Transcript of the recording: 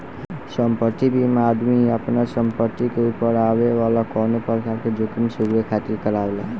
संपत्ति बीमा आदमी आपना संपत्ति के ऊपर आवे वाला कवनो प्रकार के जोखिम से उभरे खातिर करावेला